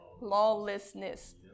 Lawlessness